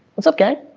that's okay,